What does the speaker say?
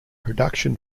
production